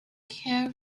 care